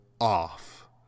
off